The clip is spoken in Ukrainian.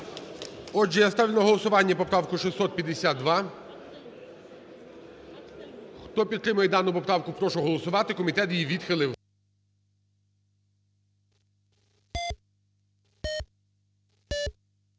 Отже, я ставлю на голосування поправку 652. Хто підтримує дану поправку, прошу голосувати. Комітет її відхилив.